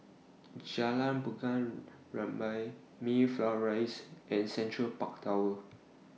Jalan Bunga Rampai Mayflower Rise and Central Park Tower